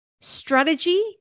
strategy